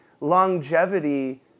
longevity